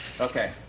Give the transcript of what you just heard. Okay